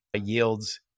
yields